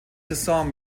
saison